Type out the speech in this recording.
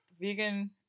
vegan